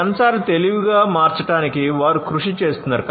సెన్సార్లను తెలివిగా మార్చడానికి వారు కృషి చేస్తున్నారు